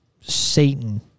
Satan